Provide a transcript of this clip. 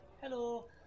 hello